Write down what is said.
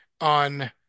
on